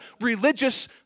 religious